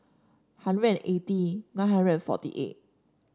hundred and eighty nine hundred and forty eight